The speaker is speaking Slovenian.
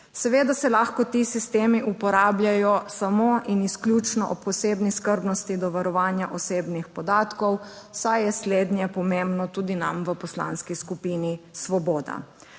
Seveda se lahko ti sistemi uporabljajo samo in izključno ob posebni skrbnosti do varovanja osebnih podatkov, saj je slednje pomembno tudi nam v Poslanski skupini Svoboda.